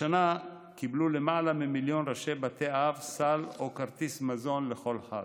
השנה קיבלו למעלה ממיליון ראשי בתי אב סל או כרטיס מזון לכל חג,